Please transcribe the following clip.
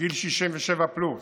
גיל 67 פלוס,